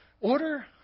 order